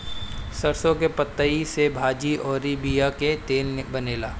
सरसों के पतइ से भाजी अउरी बिया के तेल बनेला